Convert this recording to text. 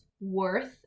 worth